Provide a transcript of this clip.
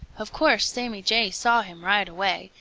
of course sammy jay saw him right away,